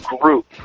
group